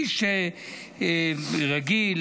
איש רגיל,